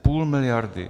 Půl miliardy.